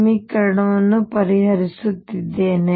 ಸಮೀಕರಣವನ್ನು ಪರಿಹರಿಸುತ್ತಿದ್ದೇನೆ